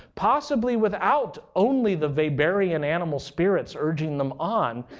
possibly without only the weberian animal spirits urging them on,